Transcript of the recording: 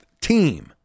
team